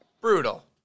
Brutal